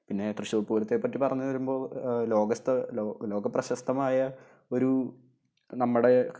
പിന്നെ തൃശ്ശൂര് പൂരത്തെ പറ്റി പറഞ്ഞു വരുമ്പോൾ ലോകസ്ഥ ലോ ലോകപ്രശസ്തമായ ഒരു നമ്മുടെ